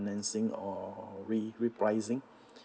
or re~ repricing